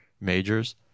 majors